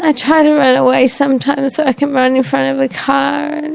i try to run away sometimes so i can run in front of a car. and